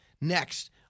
Next